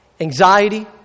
anxiety